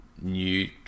new